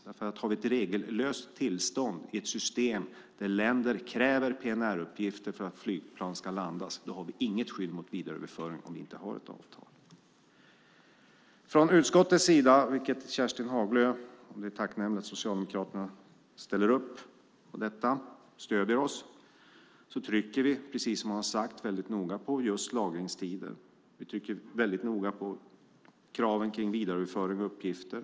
Har vi ett regellöst tillstånd i ett system där länder kräver PNR-uppgifter för att flygplan ska få landa har vi nämligen inget skydd mot vidareöverföring. Från utskottets sida - och det är tacknämligt att Socialdemokraterna ställer upp på detta och stöder oss - trycker vi, precis som Kerstin Haglö har sagt, väldigt noga på just lagringstider. Vi trycker också väldigt noga på kraven kring vidareöverföring av uppgifter.